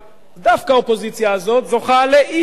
דווקא האופוזיציה הזאת, זוכה לאי-אמון.